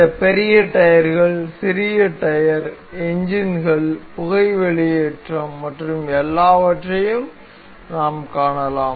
இந்த பெரிய டயர்கள் சிறிய டயர் என்ஜின்கள் புகை வெளியேற்றம் மற்றும் எல்லாவற்றையும் நாம் காணலாம்